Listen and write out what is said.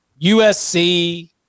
USC